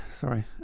sorry